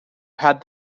had